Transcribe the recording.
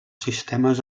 sistemes